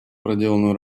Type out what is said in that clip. проделанную